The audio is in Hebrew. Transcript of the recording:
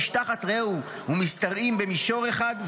"איש תחת רעהו משתרעים במישור אחד,